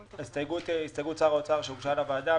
ההסתייגות היא הסתייגות שר האוצר שהוגשה לוועדה.